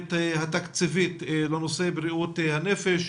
התוספת התקציבית לנושא בריאות הנפש,